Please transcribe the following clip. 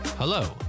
Hello